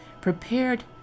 prepared